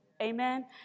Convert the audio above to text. Amen